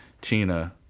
Tina